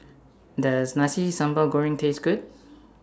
Does Nasi Sambal Goreng Taste Good